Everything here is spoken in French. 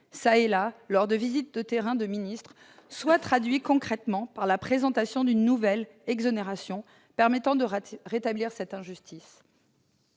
çà et là lors de visites de terrain de ministres soient traduits concrètement par la présentation d'une nouvelle exonération permettant de réparer pareille injustice.